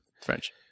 French